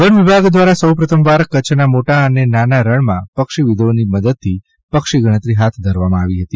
વનવિભાગ દ્વારા સૌ પ્રથમવાર કચ્છના મોટા અને નાના રણમાં પક્ષીવિદોની મદદથી પક્ષી ગણતરી હાથ ધરવામાં આવી હતી